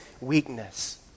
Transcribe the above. weakness